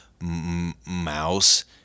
mouse